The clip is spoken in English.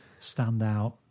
standout